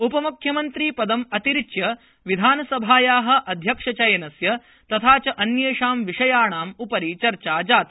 उपम्ख्यमन्त्रिपदम् अतिरिच्य विधानसभायाः अध्यक्षचयनस्य तथा च अन्येषां विषयाणाम् उपरि चर्चा जाता